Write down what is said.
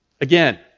Again